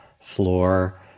floor